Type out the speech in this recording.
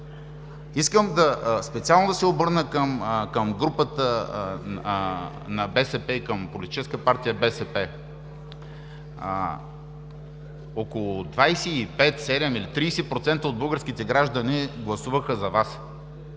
да се обърна към групата на БСП и към Политическа партия БСП – около 25-27 или 30% от българските граждани гласуваха за Вас.